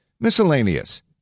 Miscellaneous